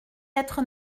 être